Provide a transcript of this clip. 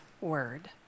word